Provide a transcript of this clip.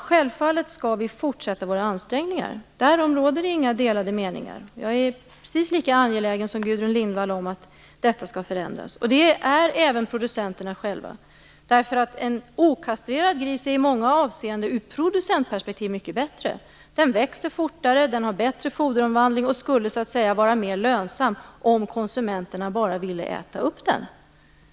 Självfallet skall vi fortsätta våra ansträngningar. Därom råder inga delade meningar. Jag är precis lika angelägen som Gudrun Lindvall om att detta skall förändras. Det är även producenterna själva, därför att ur producentperspektiv är en okastrerad gris i många avseenden mycket bättre. Den växer fortare, den har bättre foderomvandling och skulle så att säga vara mer lönsam om konsumenterna bara ville äta upp den.